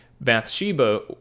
Bathsheba